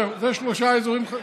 זהו, אלו שלושה אזורים.